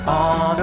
on